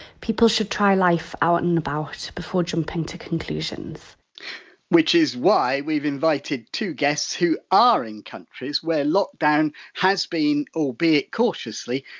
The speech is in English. people should try life out and about before jumping to conclusions which is why we've invited two guests, who are in countries where lockdown has been, albeit cautiously,